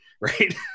right